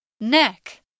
Neck